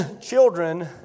Children